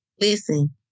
Listen